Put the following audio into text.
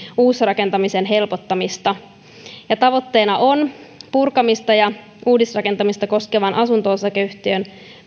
uusrakentamisen helpottamista tavoitteena on purkamista ja uudisrakentamista koskevan asunto osakeyhtiön